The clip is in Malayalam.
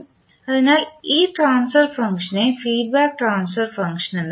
അതിനാൽ ഈ ട്രാൻസ്ഫർ ഫംഗ്ഷനെ ഫീഡ്ബാക്ക് ട്രാൻസ്ഫർ ഫംഗ്ഷൻ എന്ന് വിളിക്കുന്നു